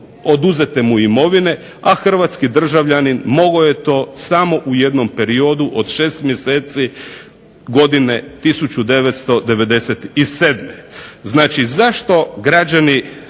oduzete mu imovine, a hrvatski državljanin mogao je to samo u jednom periodu od 6 mjeseci godine 1997. Znači, zašto građani